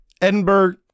edinburgh